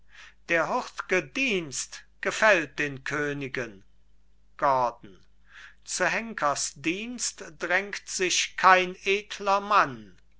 der hurtge dienst gefällt den königen gordon zu henkers dienst drängt sich kein edler mann